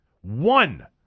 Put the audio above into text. One